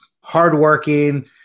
hardworking